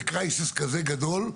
במשבר כזה גדול,